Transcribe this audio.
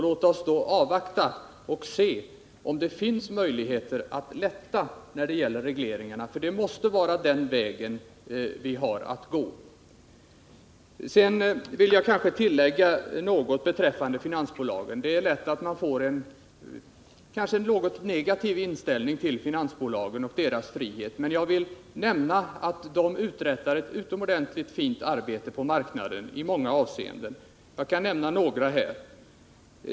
Låt oss då avvakta och se om det finns möjligheter att lätta på regleringarna — det måste vara den väg vi har att gå. Jag vill sedan tillägga något om finansbolagen. Det är lätt att få en något negativ inställning till finansbolagen och deras frihet. Men jag vill nämna att de uträttar ett utomordentligt fint arbete på marknaden i många avseenden. Jag kan nämna några.